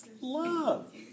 Love